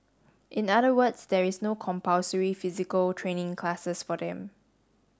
in other words there is no compulsory physical training classes for them